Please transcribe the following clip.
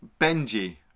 benji